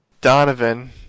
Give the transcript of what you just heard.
Donovan